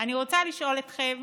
אני רוצה לשאול אתכם